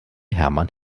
hermann